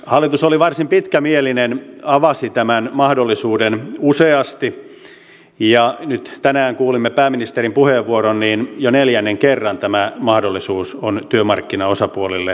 hallitus oli varsin pitkämielinen avasi tämän mahdollisuuden useasti ja nyt tänään kuulimme pääministerin puheenvuoron jo neljännen kerran tämä mahdollisuus on nyt työmarkkinaosapuolille annettu